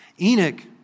Enoch